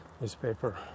newspaper